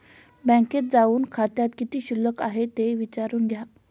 बँकेत जाऊन खात्यात किती शिल्लक आहे ते विचारून घ्या